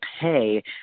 pay